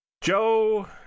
Joe